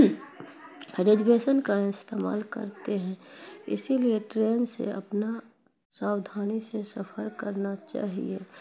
ریجویشن کا استعمال کرتے ہیں اسی لیے ٹرین سے اپنا ساودھانی سے سفر کرنا چاہیے